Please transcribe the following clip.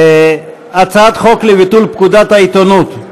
הצעת חוק לביטול פקודת העיתונות,